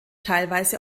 teilweise